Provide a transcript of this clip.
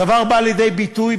הדבר בא לידי ביטוי,